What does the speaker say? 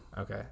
Okay